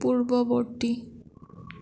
পূৰ্বৱৰ্তী